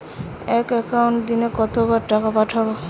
এক একাউন্টে দিনে কতবার টাকা পাঠানো যাবে?